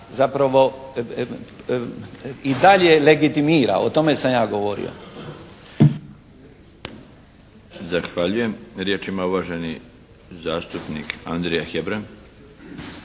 zapravo i dalje legitimira. O tome sam ja govorio. **Milinović, Darko (HDZ)** Zahvaljujem. Riječ ima uvaženi zastupnik Andrija Hebrang.